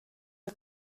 are